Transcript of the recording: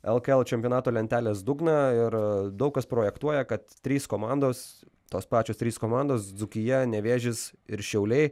lkl čempionato lentelės dugną ir daug kas projektuoja kad trys komandos tos pačios trys komandos dzūkija nevėžis ir šiauliai